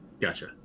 Gotcha